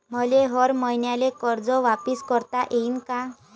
मले हर मईन्याले कर्ज वापिस करता येईन का?